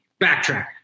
backtrack